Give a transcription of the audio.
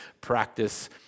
practice